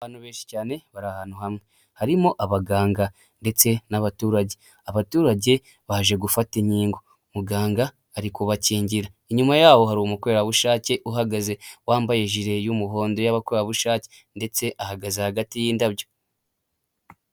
Abantu benshi cyane bai ahantu hamwe harimo abaganga ndetse n'abaturage ,abaturage baje gufata inkingo muganga ari kubakingira inyuma yabo hari umukorerabushake uhagaze wambaye ijire y'umuhondo y'abakorerabushake ndetse ahagaze hagati y'indabyo.